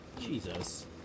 Jesus